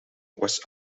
was